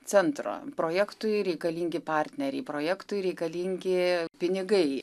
centro projektui reikalingi partneriai projektui reikalingi pinigai